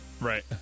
Right